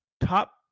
top